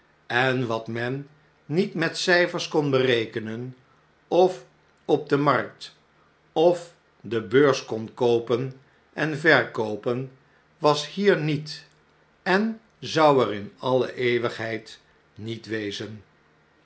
en wat men niet met cijfers kon berekenen of op de markt of de beurs kon koopen en verkoopen was hier niet en zou er in alle eeuwigheid niet wezen